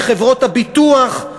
מחברות הביטוח,